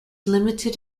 limited